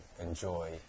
enjoy